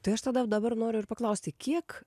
tai aš tada dabar noriu ir paklausti kiek